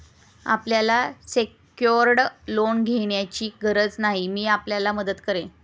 आपल्याला secured loan घेण्याची गरज नाही, मी आपल्याला मदत करेन